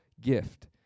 gift